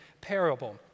parable